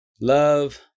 Love